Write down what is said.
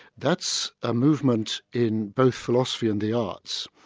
that's a movement in both philosophy and the arts,